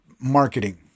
marketing